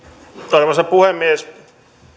arvoisa puhemies